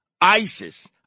isis